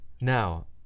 Now